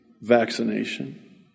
vaccination